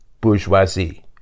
bourgeoisie